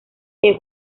que